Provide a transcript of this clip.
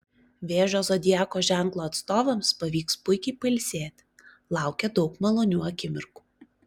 vėžio zodiako ženklo atstovams pavyks puikiai pailsėti laukia daug malonių akimirkų